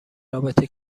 رابطه